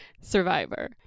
Survivor